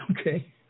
Okay